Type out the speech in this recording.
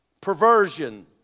perversion